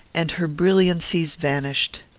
and her brilliancies vanished.